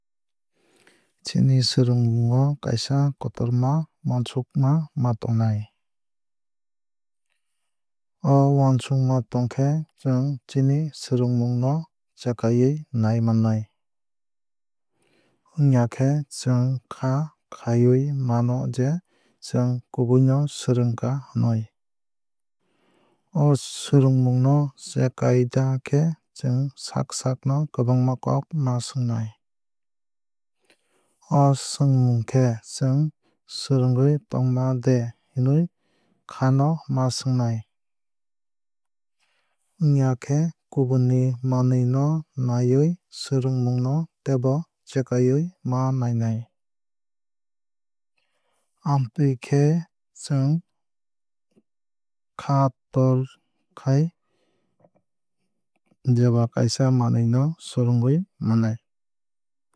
Chini swrwngmung o kaisa kotorma uansukmung ma tongnai. O uansukmung tongkhe chwng chini swrwngmung no chekawui nai manai. Wngya khe chwng kha khaiwui mano je chwng kubui no swrwngkha hinwui. O swrwngmung no chekaina khe chwng saak saak no kwbangma kok ma swngnai. O swngmung khe chwng swrwngwui tongma de hinwui kha no ma swngnai. Wngya khe kubun ni manwui no nawui swrwngmung no tebo chekawui ma nainai. Amtwui khe no chwng kha tor khai jeba kaisa manwui no swrwngwui manai.